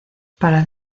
para